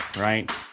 right